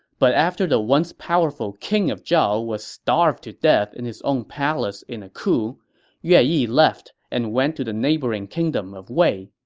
but after the once powerful king of zhao was starved to death in his own palace in a coup, yue yeah yi left and went to the neighboring kingdom of wei.